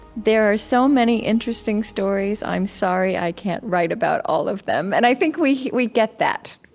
there are so many interesting stories. i'm sorry i can't write about all of them. and i think we we get that.